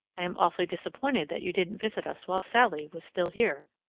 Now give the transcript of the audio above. am awfully disappointed that you didn't visit us while sallie was still here.